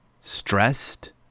stressed